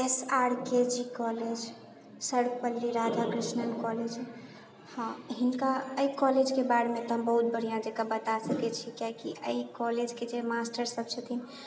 S R K G college Sarvepalli Radhakrishnan college हँ हिनका एहि कॉलेज के बारे मे तऽ हम बहुत बढ़िऑंसँ जाकऽ बता सकै छी कियाकि एहि कॉलेज के जे मास्टर सभ छथिन